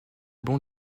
bon